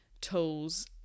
tools